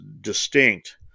distinct